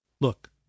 Look